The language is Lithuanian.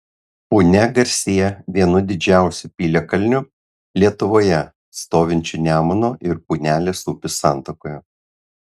punia garsėja vienu didžiausių piliakalnių lietuvoje stovinčiu nemuno ir punelės upių santakoje